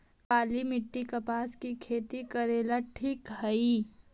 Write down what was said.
काली मिट्टी, कपास के खेती करेला ठिक हइ?